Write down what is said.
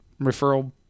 referral